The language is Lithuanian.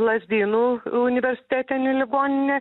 lazdynų universitetinę ligoninę